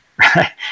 right